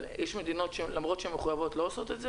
אבל יש מדינות שלמרות שהן מחויבות לא עושות את זה?